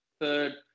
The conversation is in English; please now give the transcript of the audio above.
third